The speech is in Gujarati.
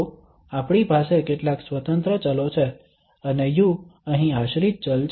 તો આપણી પાસે કેટલાક સ્વતંત્ર ચલો છે અને u અહીં આશ્રિત ચલ છે